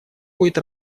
будет